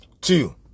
Two